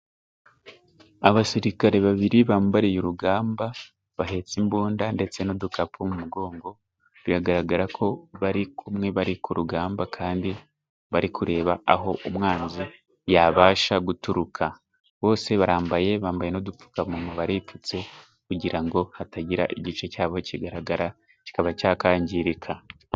Abasirikare babiri bambariye urugamba, bahetse imbunda, ndetse n'udukapu mu mugongo, biragaragara ko bari kumwe, bari ku rugamba, kandi bari kureba aho umwanzi yabasha guturuka, bose barambaye, bambaye n'udupfukamunwa baripfutse, kugira ngo hatagira igice cyabo kigaragara, kikaba cyakwangirika.